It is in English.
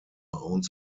owns